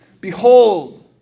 Behold